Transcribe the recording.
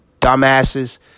dumbasses